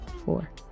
four